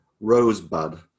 rosebud